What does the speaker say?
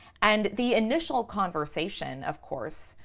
and the initial conversation, of course,